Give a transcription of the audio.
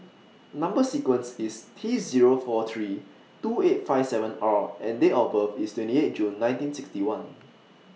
Number sequence IS T Zero four three two eight five seven R and Date of birth IS twenty eight June nineteen sixty one